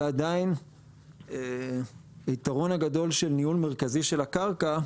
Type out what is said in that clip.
ועדיין היתרון הגדול של ניהול מרכזי של הקרקע,